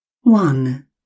one